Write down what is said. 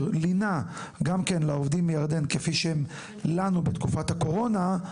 לינה גם כן לעובדים מירדן כפי שהם לנו בתקופת הקורונה.